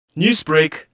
Newsbreak